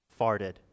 farted